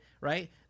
right